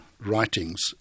writings